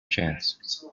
chance